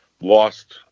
lost